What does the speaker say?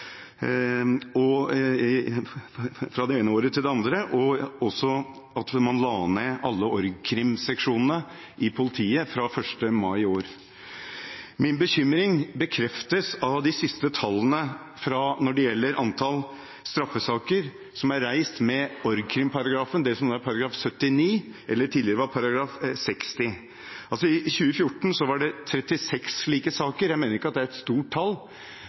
politiets innsats, fra det ene året til det andre, og så la ned alle org.krim-seksjonene i politiet 1. mai i år. Min bekymring bekreftes av de siste tallene når det gjelder antall straffesaker som er reist med org.krim-paragrafen, det som nå er straffeloven § 79, tidligere § 60. I 2014 var det 36 slike saker. Jeg mener ikke at det er et stort tall,